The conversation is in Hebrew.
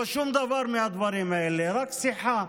לא שום דבר מהדברים האלה, רק שיחה